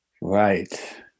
Right